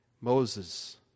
Moses